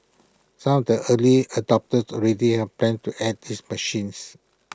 some of the early adopters already have plans to add these machines